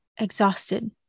exhausted